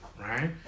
right